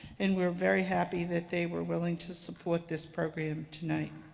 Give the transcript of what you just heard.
and we're very happy that they were willing to support this program tonight.